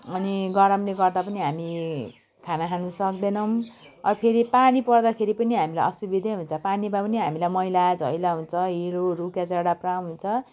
अनि गरमले गर्दा पनि हामी खाना खान सक्दैनौँ अ फेरि पानी पर्दाखेरि पनि हामीलाई असुविधै हुन्छ पानीमा पनि हामीलाई मैलाधैला हुन्छ हिलोहरू कचडा पुरा हुन्छ